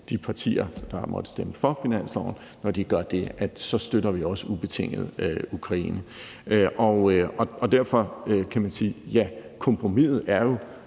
de partier, der måtte stemme for finansloven, ranke rygge, for så støtter vi også ubetinget Ukraine. Derfor kan man jo sige, at kompromisets